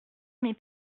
mes